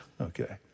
okay